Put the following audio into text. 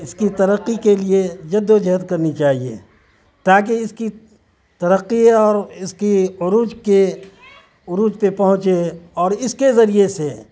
اس کی ترقی کے لیے جدوجہد کرنی چاہیے تاکہ اس کی ترقی اور اس کی عروج کے عروج پہ پہنچے اور اس کے ذریعے سے